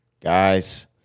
Guys